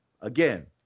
again